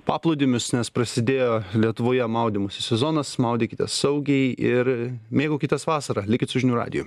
paplūdimius nes prasidėjo lietuvoje maudymosi sezonas maudykitės saugiai ir mėgaukitės vasara likit su žinių radiju